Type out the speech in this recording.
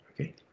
okay